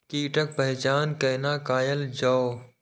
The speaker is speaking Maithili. कीटक पहचान कैना कायल जैछ?